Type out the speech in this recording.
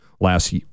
last